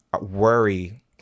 worry